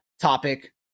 Topic